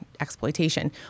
exploitation